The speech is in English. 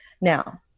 Now